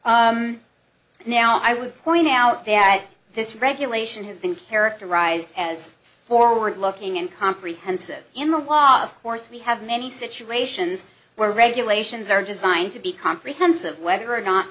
now i would point out that this regulation has been characterized as forward looking and comprehensive in the law of course we have many situations where regulations are designed to be comprehensive whether or not